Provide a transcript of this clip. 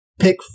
Pick